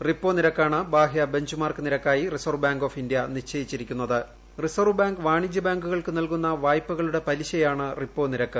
repo നിരക്കാണ് ബാഹ്യ benchmark നിരക്കായി റിസർവ്വ് ബാങ്ക് ഓഫ് ഇന്തൃ നിശ്ചയിച്ചിരിക്കുന്നത് റിസർവ്വ് ബാങ്ക് വാണിജൃ ബാങ്കുകൾക്ക് നൽകുന്ന വായ്പകളുടെ പലിശയാണ് റിപ്പോ നിരക്ക്